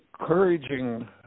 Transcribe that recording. Encouraging